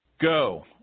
Go